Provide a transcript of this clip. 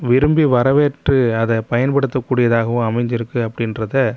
விரும்பி வரவேற்று அதை பயன்படுத்தக் கூடியதாகவும் அமைஞ்சிருக்கு அப்டின்றதை